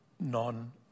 non